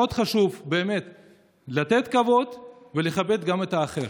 מאוד חשוב לתת כבוד ולכבד גם את האחר.